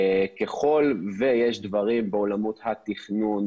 אם יש דברים בעולמות התכנון,